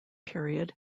period